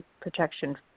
Protection